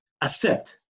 accept